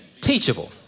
teachable